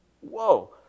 Whoa